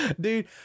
dude